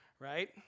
Right